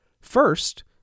First